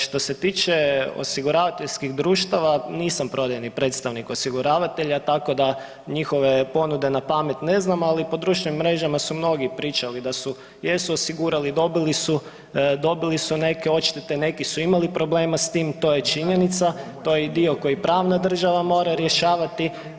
Što se tiče osiguravateljskih društava nisam prodajni predstavnik osiguravatelja tako da njihove ponude na pamet ne znam, ali po društvenim mrežama su mnogi pričali da su, jesu osigurali, dobili su, dobili su neke odštete, neki su imali problema s tim, to je činjenica, to je i dio koji pravna država mora rješavati.